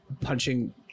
punching